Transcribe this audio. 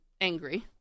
angry